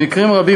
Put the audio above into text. במקרים רבים,